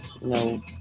no